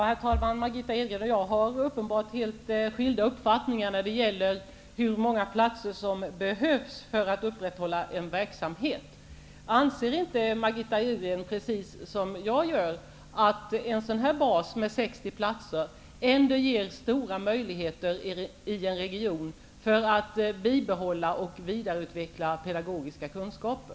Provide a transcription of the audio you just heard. Herr talman! Margitta Edgren och jag har uppenbarligen helt skilda uppfattningar när det gäller hur många platser som behövs för att upprätthålla en verksamhet. Anser inte Margitta Edgren precis som jag gör att en sådan här bas med 60 platser ändå ger stora möjligheter i en region för att bibehålla och vidareutveckla pedagogiska kunskaper?